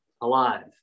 alive